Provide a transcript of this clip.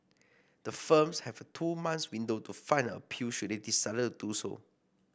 the firms have a two month window to file an appeal should they decide to do so